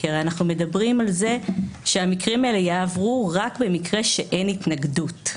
אנחנו מדברים על זה שהמקרים האלה יעברו רק במקרה שאין התנגדות.